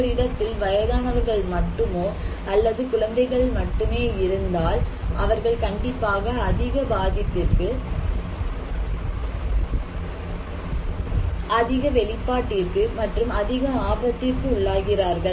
ஓரிடத்தில் வயதானவர்கள் மட்டுமோ அல்லது குழந்தைகள் மட்டுமே இருந்தால் அவர்கள் கண்டிப்பாக அதிக பாதிப்பிற்கு அதிக வெளிப்பாட்டிற்கு மற்றும் அதிக ஆபத்திற்கு உள்ளாகிறார்கள்